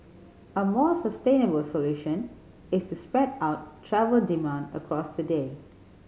a more sustainable solution is to spread out travel demand across the day